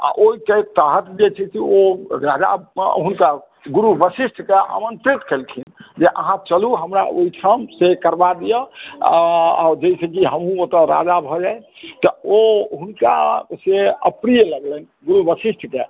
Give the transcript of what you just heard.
आ ओहि के तहत जे छै से ओ राजा हुनका गुरु वाशिष्ठकेॅं आमंत्रित केलखिन जे अहाँ चलू हमरा ओहिठाम से करबा दिअ आ जे छै जे हमहुँ ओतय राजा भऽ जाइ तऽ हुनका से अप्रिय लागलनि जे वाशिष्ठकेॅं